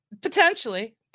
potentially